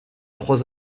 trois